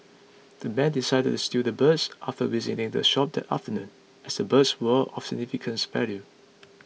the men decided to steal the birds after visiting the shop that afternoon as the birds were of significant value